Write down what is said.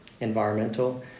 environmental